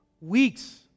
Weeks